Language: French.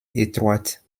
étroite